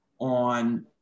on